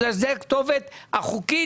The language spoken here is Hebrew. כי זאת הכתובת החוקית,